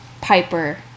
Piper